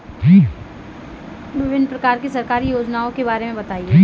विभिन्न प्रकार की सरकारी योजनाओं के बारे में बताइए?